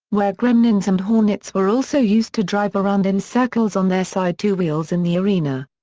where gremlins and hornets were also used to drive around in circles on their side two wheels in the arena.